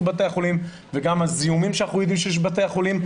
בתי החולים וגם הזיהומים שאנחנו יודעים שיש בבתי החולים,